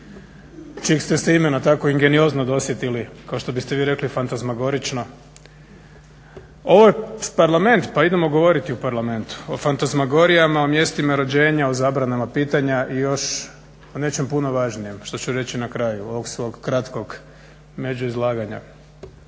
čijeg ste se imena tako ingeniozno dosjetili, kao što biste vi rekli fantazmagorično. Ovo je Parlament pa idemo govoriti o parlamentu, o fantazmagorijama, o mjestima rođenja, o zabranama pitanja i još o nečem puno važnijem što ću reći na kraju ovog svog kratkog međuizlaganja.